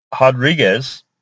Rodriguez